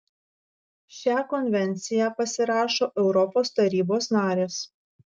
šią konvenciją pasirašo europos tarybos narės